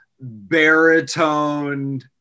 baritone